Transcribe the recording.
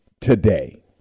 today